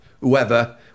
Whoever